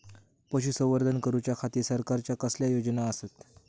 पशुसंवर्धन करूच्या खाती सरकारच्या कसल्या योजना आसत?